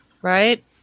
right